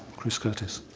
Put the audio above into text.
chris curtis.